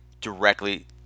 directly